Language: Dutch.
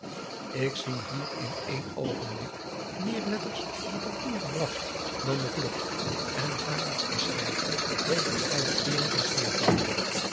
ik zie hier in één oogenblik meer letters op het papier gebragt dan de vlugste en vaardigste schrijver in verscheiden uren kan schrijven